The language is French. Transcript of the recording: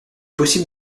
possible